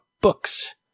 books